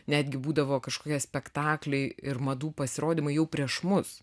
netgi būdavo kažkokie spektakliai ir madų pasirodymai jau prieš mus